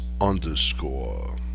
underscore